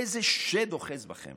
איזה שד אוחז בכם